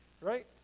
right